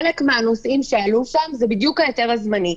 חלק מהנושאים שעלו שם זה בדיוק ההיתר הזמני,